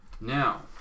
Now